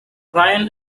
ryan